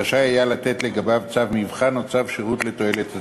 רשאי היה לתת לגביו צו מבחן או צו שירות לתועלת הציבור.